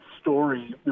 story